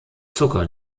zucker